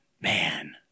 man